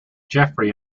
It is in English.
jeffrey